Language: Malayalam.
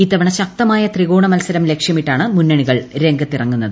ഇത്തവണ ശക്തമായ ത്രികോണ മത്സരം ലക്ഷ്യമിട്ടാണ് മുന്നണികൾ രംഗത്തിറങ്ങുന്നത്